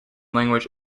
language